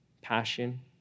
passion